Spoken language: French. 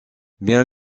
bien